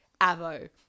avo